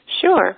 Sure